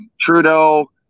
Trudeau